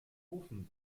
ofen